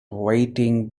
waiting